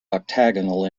octagonal